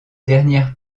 dernière